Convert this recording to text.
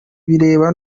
bireba